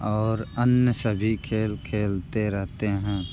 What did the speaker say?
और अन्य सभी खेल खेलते रहते हैं